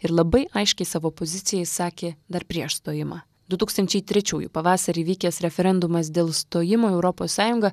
ir labai aiškiai savo poziciją išsakė dar prieš stojimą du tūkstančiai trečiųjų pavasarį vykęs referendumas dėl stojimo į europos sąjungą